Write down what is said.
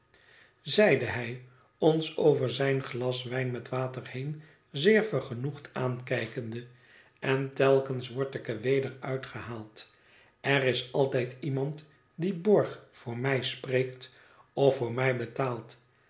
zeide hij ons over zijn glas wijn met water heen zeer vergenoegd aankijkende en telkens word ik er weder uitgehaald er is altijd iemand die borg voor mij spreekt of voor mij betaalt